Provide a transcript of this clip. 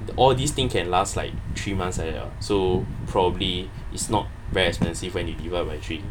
all these thing can last like three months like that ah so probably it's not very expensive when you divide by three